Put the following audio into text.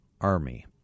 Army